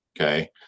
okay